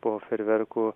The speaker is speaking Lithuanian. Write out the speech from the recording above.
po fejerverkų